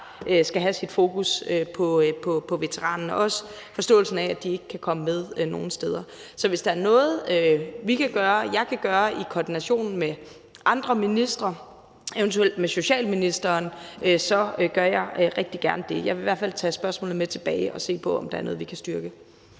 skal have sit fokus på veteranen; det gælder også forståelsen, i forhold til at de nogle steder ikke kan komme med. Så hvis der er noget, vi kan gøre, og som jeg kan gøre, i koordination med andre ministre, eventuelt med socialministeren, så gør jeg rigtig gerne det. Jeg vil i hvert fald tage spørgsmålet med tilbage og se på, om der er noget, vi kan styrke.